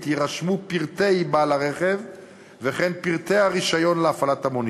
יירשמו פרטי בעל הרכב ופרטי הרישיון להפעלת המונית.